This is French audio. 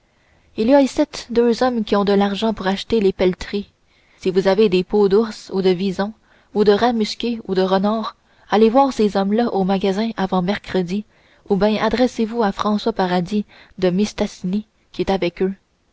il y a icitte deux hommes qui ont de l'argent pour acheter les pelleteries si vous avez des peaux d'ours ou de vison ou de rat musqué ou de renard allez voir ces hommes-là au magasin avant mercredi ou bien adressez-vous à françois paradis de mistassini qui est avec eux